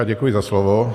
Děkuji za slovo.